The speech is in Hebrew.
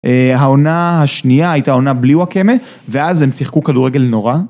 העונה השנייה הייתה עונה בלי וואקמה ואז הם שיחקו כדורגל נורא.